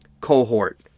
cohort